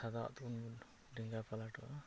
ᱥᱟᱫᱟᱣᱟᱜ ᱛᱮᱵᱚᱱ ᱰᱷᱮᱸᱜᱟ ᱯᱟᱞᱟᱴᱚᱜᱼᱟ